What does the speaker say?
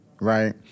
right